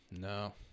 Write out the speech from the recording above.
No